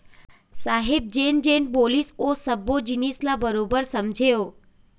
साहेब जेन जेन बोलिस ओ सब्बो जिनिस ल बरोबर समझेंव